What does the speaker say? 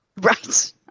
Right